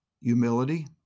humility